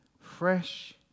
fresh